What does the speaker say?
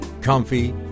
comfy